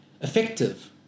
effective